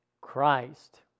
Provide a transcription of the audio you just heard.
Christ